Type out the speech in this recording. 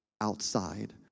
outside